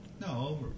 No